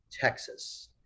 Texas